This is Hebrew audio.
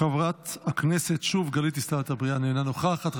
חברת הכנסת גלית דיסטל אטבריאן,